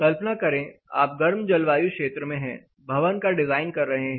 कल्पना करें आप गर्म जलवायु क्षेत्र में भवन का डिजाइन कर रहे हैं